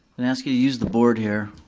and ask you to use the board here.